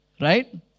Right